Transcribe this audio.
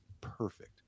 perfect